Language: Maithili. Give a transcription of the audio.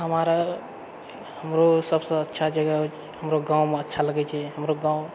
हमारा हमरो सबसँ अच्छा जगह हमरो गाँवमे अच्छा लगैत छेै हमरो गाँव